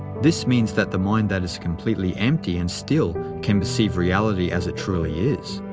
this means that the mind that is completely empty and still can perceive reality as it truly is.